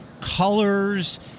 colors